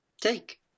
take